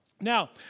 Now